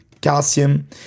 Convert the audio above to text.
calcium